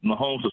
Mahomes